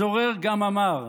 הצורר גם אמר,